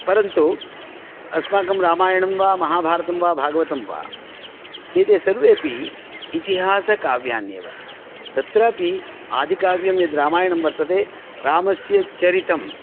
परन्तु अस्माकं रामायणं वा महाभारतं वा भागवतं वा एते सर्वेपि इतिहासकाव्यान्येव तत्रापि आदिकाव्यं यद्रामायणं वर्तते रामस्य चरितं